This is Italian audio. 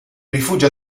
rifugia